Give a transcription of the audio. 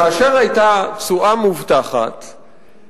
כאשר היתה תשואה מובטחת,